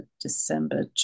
December